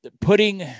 putting